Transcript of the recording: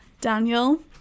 Daniel